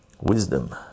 Wisdom